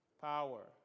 power